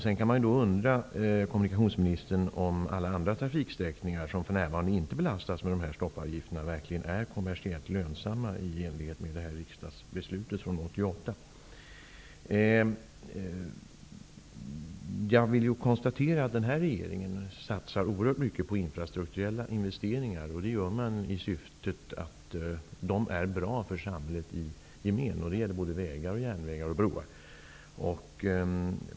Man kan undra, kommunikationsministern, om alla de trafiksträckningar som för närvarande inte belastas med dessa stoppavgifter verkligen är kommersiellt lönsamma i enlighet med riksdagsbeslutet från 1988. Jag konstaterar att denna regering satsar oerhört mycket på infrastrukturella investeringar, och det görs därför att det är bra för samhället i stort. Det gäller såväl vägar som järnvägar och broar.